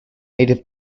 native